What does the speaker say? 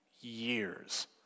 years